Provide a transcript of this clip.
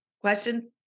Question